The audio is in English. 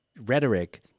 rhetoric